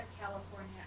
California